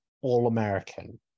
All-American